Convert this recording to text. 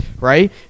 right